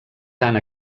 tant